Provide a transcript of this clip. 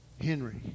Henry